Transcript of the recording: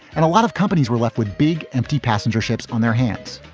and a lot of companies were left with big empty passenger ships on their hands.